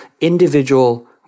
individual